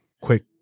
quick